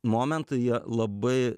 momentai jie labai